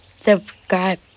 subscribe